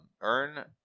Earn